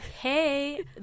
hey